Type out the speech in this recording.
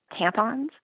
Tampons